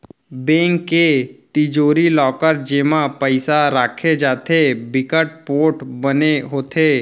bank के तिजोरी, locker जेमा पइसा राखे जाथे बिकट पोठ बने होथे